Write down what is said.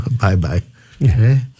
bye-bye